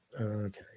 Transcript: okay